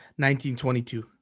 1922